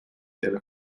della